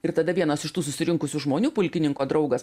ir tada vienas iš tų susirinkusių žmonių pulkininko draugas